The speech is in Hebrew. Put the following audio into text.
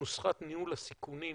נוסחת ניהול הסיכונים